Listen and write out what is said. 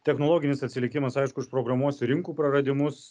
technologinis atsilikimas aišku užprogramuos rinkų praradimus